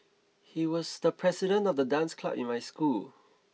he was the president of the dance club in my school